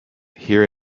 here